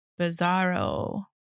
Bizarro